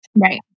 Right